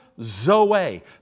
Zoe